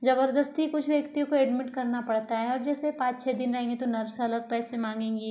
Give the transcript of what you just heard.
ज़बरदस्ती कुछ व्यक्तियों को एडमिट करता पड़ता है और जैसे पाँच छ दिन रहेंगे तो नर्स अलग पैसे मांगेंगी